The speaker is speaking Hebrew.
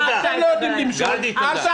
אתם לא יודעים למשול, אל תאשימו אותם.